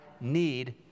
need